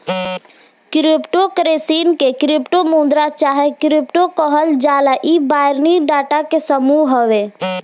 crypto currency के crypto मुद्रा चाहे क्रिप्टो कहल जाला इ बाइनरी डाटा के समूह हवे